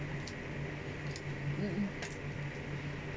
mm